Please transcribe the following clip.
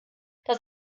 das